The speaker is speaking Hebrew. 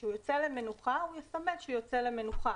כשהוא יוצא למנוחה, הוא יסמן שהוא יוצא למנוחה.